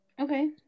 Okay